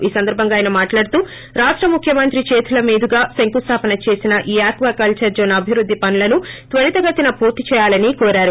ఈ సందర్బంగా ఆయన మాట్లాడుతూ రాష్ట ముఖ్యమంత్రి చేతుల మీదుగా శంకుస్లాపన చేసిన ఈ ఆకా కల్సర్ జోన్ అభిప్తద్ది పనులను త్వరిత గతిన పూర్తి చేయాలని కోరారు